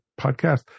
podcast